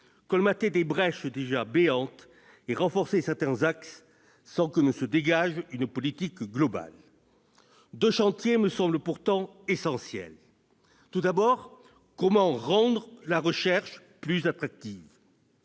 colmater des brèches déjà béantes et renforcer certains axes, sans que se dégage une politique globale. Deux chantiers me semblent pourtant essentiels. Le premier est de savoir comment rendre la recherche plus attractive.